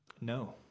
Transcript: No